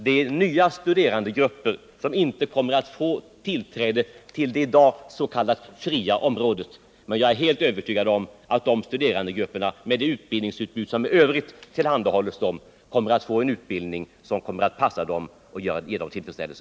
Det är nya studerandegrupper som inte får tillträde till det som i dag utgör det fria området, men jag är helt övertygad om att de studerandegrupperna — med det utbildningsutbud som i övrigt tillhandahålles dem — kommer att få en utbildning som kommer att passa dem och ge dem tillfredsställelse.